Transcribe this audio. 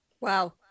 Wow